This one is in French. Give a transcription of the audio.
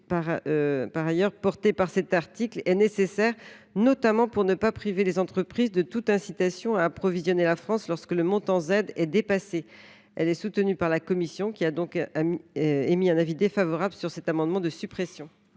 médicaux de 100 % à 90 % est nécessaire, notamment pour ne pas priver les entreprises de toute incitation à approvisionner la France lorsque le montant Z est dépassé. Cette disposition est soutenue par la commission, qui a donc émis un avis défavorable sur cet amendement de suppression.